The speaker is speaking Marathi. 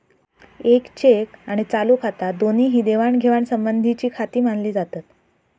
येक चेक आणि चालू खाता दोन्ही ही देवाणघेवाण संबंधीचीखाती मानली जातत